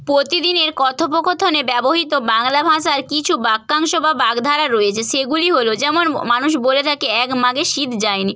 প্রতিদিনের কথোপকথনে ব্যবহৃত বাংলা ভাষার কিছু বাক্যাংশ বা বাগ্ধারা রয়েছে সেগুলি হলো যেমন মানুষ বলে থাকে এক মাঘে শীত যায়নি